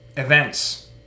events